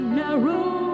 narrow